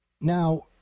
Now